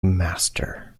master